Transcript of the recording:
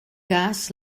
cas